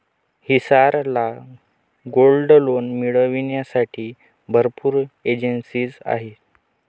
हिसार ला gold loan मिळविण्यासाठी भरपूर एजेंसीज आहेत